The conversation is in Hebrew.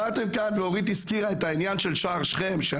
אורית הזכירה את העניין של שער שכם.